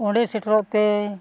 ᱚᱸᱰᱮ ᱥᱮᱴᱮᱨᱚᱜ ᱛᱮ